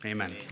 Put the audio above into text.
Amen